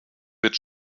wird